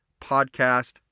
Podcast